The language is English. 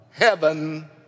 heaven